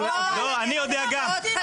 --- רון, אני קוראת אותך לסדר.